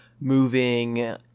moving